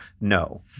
No